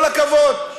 כל הכבוד.